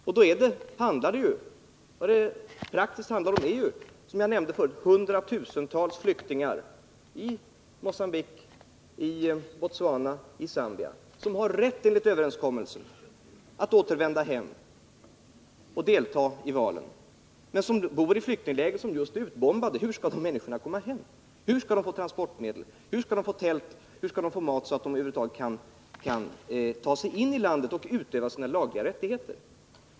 Vad det rent praktiskt handlar om är, som jag nämnde förut, hundratusentals flyktingar i Mogambique, i Botswana, i Zambia, vilka enligt överenskommelse har rätt att återvända hem och delta i valen men som bor i flyktingläger som just är utbombade. Hur skall dessa människor komma hem? Hur skall de få transportmedel, hur skall de få tält, hur skall de få mat så att de över huvud taget kan ta sig in i landet och där utöva sina lagliga rättigheter?